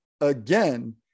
again